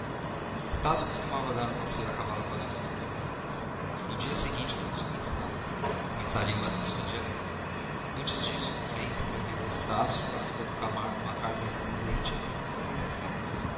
amanhã estácio costumava dar uns passeios a cavalo quase todas as manhãs o do dia seguinte foi dispensado começariam as lições de helena antes disso porém escreveu estácio à filha de camargo uma carta recendente a ternura e afeto